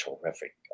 terrific